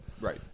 Right